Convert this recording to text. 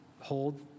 hold